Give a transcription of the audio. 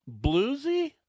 Bluesy